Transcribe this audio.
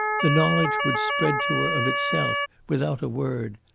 the knowledge would spread to her of itself, without a word.